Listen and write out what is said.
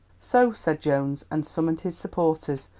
so said jones, and summoned his supporters,